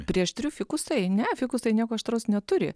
prie aštrių fikusai ne fikusai nieko aštraus neturi